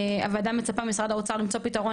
הוועדה מצפה ממשרד האוצר למצוא פתרון